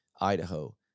Idaho